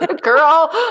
Girl